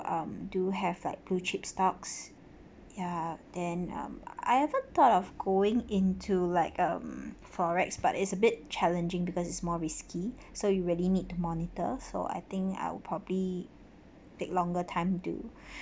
um do have like blue chip stocks ya than um I haven't thought of going into like um forex but it's a bit challenging because it's more risky so you really need to monitor so I think I would probably take longer time to